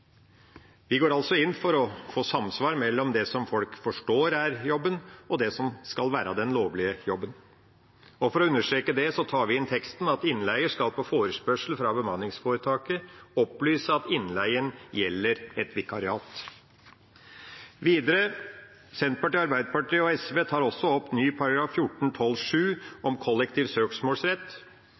Vi går altså inn for å få samsvar mellom det som folk forstår er jobben, og det som skal være den lovlige jobben. For å understreke det tar vi inn i teksten at innleieren på forespørsel fra bemanningsforetaket skal opplyse at innleien gjelder et vikariat. Videre tar Senterpartiet, Arbeiderpartiet og SV opp ny § 14-12 syvende ledd, om kollektiv søksmålsrett.